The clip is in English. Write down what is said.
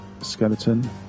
skeleton